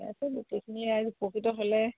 আছে গোটেইখিনি আৰু উপকৃত হ'লে